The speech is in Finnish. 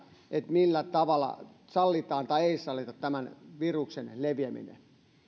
millä tavalla sallitaan tai ei sallita tämän viruksen leviäminen